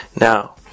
Now